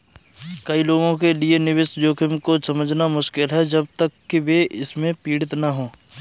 कई लोगों के लिए निवेश जोखिम को समझना मुश्किल है जब तक कि वे इससे पीड़ित न हों